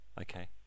Okay